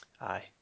Aye